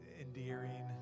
endearing